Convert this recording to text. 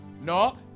No